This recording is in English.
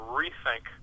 rethink